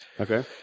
Okay